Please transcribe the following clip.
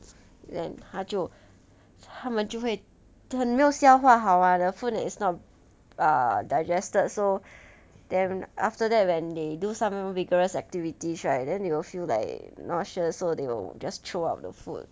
then 他就他们就会很没有消化好 ah the food is not err digested so then after that when they do some vigorous activities right then they will feel they not sure so they will just throw up the food